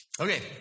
Okay